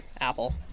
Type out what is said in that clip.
Apple